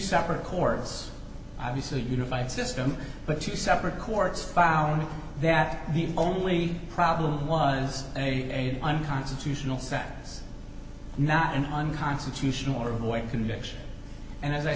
separate courts obviously unified system but you separate courts found that the only problem was a unconstitutional sentence not an unconstitutional or avoid conviction and as i